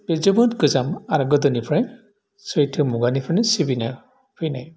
बे जोबोद गोजाम आरो गोदोनिफ्राय सैथो मुगानिफ्रायनो सिबिना फैनाय